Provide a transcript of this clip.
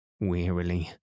wearily